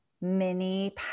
mini